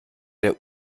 der